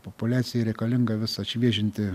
populiacijai reikalinga vis atšviežinti